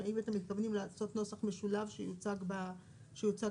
האם אתם מתכוונים לעשות נוסח משולב שיוצג באתר?